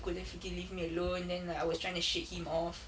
couldn't freaking leave me alone then like I was trying to shake him off